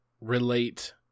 relate